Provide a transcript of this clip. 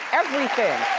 everything.